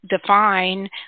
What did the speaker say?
define